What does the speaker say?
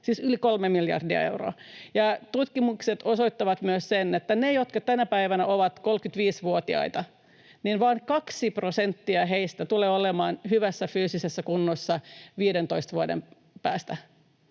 siis yli 3 miljardia euroa. Tutkimukset osoittavat myös sen, että niistä, jotka tänä päivänä ovat 35-vuotiaita, vain kaksi prosenttia tulee olemaan hyvässä fyysisessä kunnossa 15 vuoden päästä